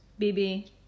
BB